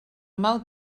mal